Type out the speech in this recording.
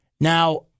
Now